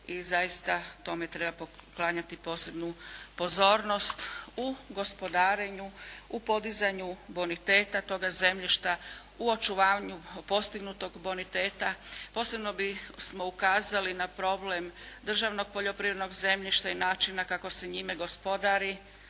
i zaista tome treba poklanjati posebnu pozornost u gospodarenju, u podizanju boniteta toga zemljišta, u očuvanju postignutog boniteta. Posebno bismo ukazali na problem državnog poljoprivrednog zemljišta i načina kako se njime gospodari,